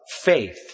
faith